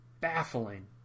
baffling